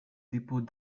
dépôts